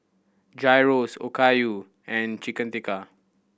Gyros Okayu and Chicken Tikka